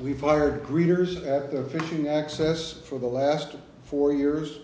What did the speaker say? we've fired readers at the fishing access for the last four years